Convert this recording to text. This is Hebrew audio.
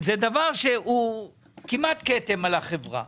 זה דבר שהוא כמעט כתם על החברה.